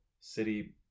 City